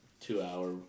two-hour